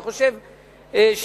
אני חושב שהכנסת,